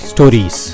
Stories